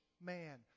man